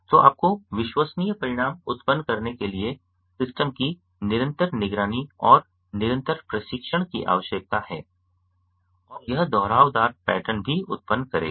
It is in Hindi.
तो आपको विश्वसनीय परिणाम उत्पन्न करने के लिए सिस्टम की निरंतर निगरानी और निरंतर प्रशिक्षण की आवश्यकता है और यह दोहरावदार पैटर्न भी उत्पन्न करेगा